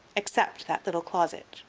except that little closet,